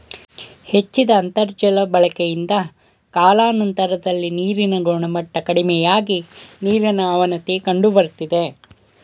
ಹೆಚ್ಚಿದ ಅಂತರ್ಜಾಲ ಬಳಕೆಯಿಂದ ಕಾಲಾನಂತರದಲ್ಲಿ ನೀರಿನ ಗುಣಮಟ್ಟ ಕಡಿಮೆಯಾಗಿ ನೀರಿನ ಅವನತಿಯ ಕಂಡುಬರ್ತದೆ